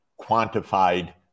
quantified